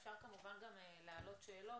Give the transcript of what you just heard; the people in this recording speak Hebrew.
אפשר כמובן גם להעלות שאלות.